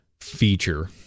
feature